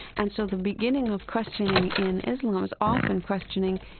and so the beginning of questioning in islam is often questioning,